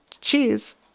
cheers